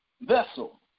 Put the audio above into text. vessel